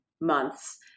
months